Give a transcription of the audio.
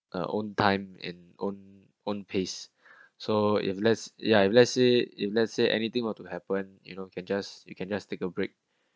a own time and own own pace so if let's ya if let's say if let's say anything about to happen you know you can just you can just take a break